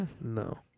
No